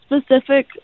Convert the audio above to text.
specific